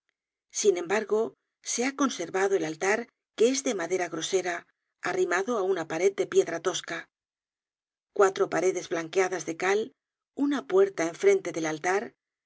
sin embargo se ha conservado el altar que es de madera grosera arrimado á una pared de piedra tosca cuatro paredes blanqueadas de cal una puerta en frente del altar